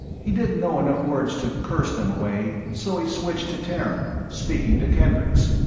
he didn't know enough words to curse them away, so he switched to terran, speaking to kendricks